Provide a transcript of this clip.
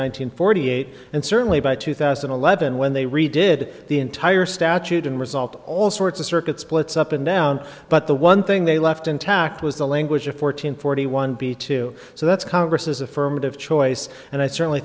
hundred forty eight and certainly by two thousand and eleven when they re did the entire statute in result all sorts of circuit splits up and down but the one thing they left intact was the language of fourteen forty one b two so that's congress affirmative choice and i certainly